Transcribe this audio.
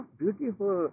beautiful